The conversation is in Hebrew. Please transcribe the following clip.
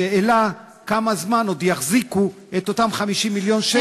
השאלה כמה זמן עוד יחזיקו את אותם 50 מיליון שקל.